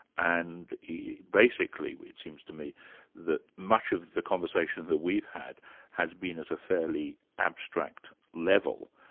and basically it seems to me that much of the conversation that we've had has been at a fairly abstract level,